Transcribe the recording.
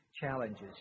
challenges